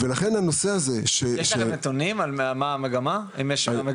לכן הנושא הזה של מי משלם --- יש לכם על מה המגמה הנוכחית?